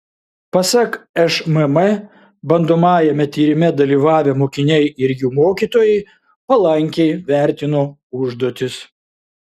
pasak šmm bandomajame tyrime dalyvavę mokiniai ir jų mokytojai palankiai vertino užduotis